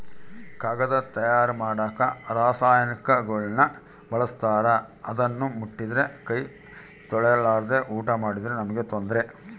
ಕಾಗದ ತಯಾರ ಮಾಡಕ ರಾಸಾಯನಿಕಗುಳ್ನ ಬಳಸ್ತಾರ ಅದನ್ನ ಮುಟ್ಟಿದ್ರೆ ಕೈ ತೊಳೆರ್ಲಾದೆ ಊಟ ಮಾಡಿದ್ರೆ ನಮ್ಗೆ ತೊಂದ್ರೆ